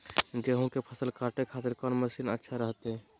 गेहूं के फसल काटे खातिर कौन मसीन अच्छा रहतय?